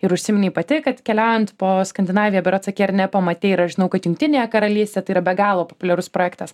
ir užsiminei pati kad keliaujant po skandinaviją berods sakei ar ne pamatei ir aš žinau kad jungtinė karalystė tai yra be galo populiarus projektas